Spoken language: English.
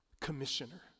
commissioner